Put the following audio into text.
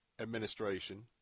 administration